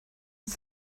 ist